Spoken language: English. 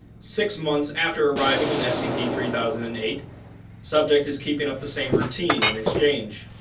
six months after arriving in scp three thousand and eight subject is keeping up the same routine in exchange,